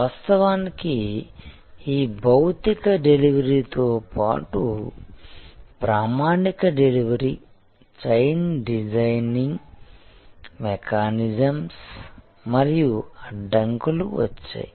వాస్తవానికి ఈ భౌతిక డెలివరీ తో పాటు ప్రామాణిక డెలివరీ చైన్ డిజైనింగ్ మెకానిజమ్స్ మరియు అడ్డంకులు వచ్చాయి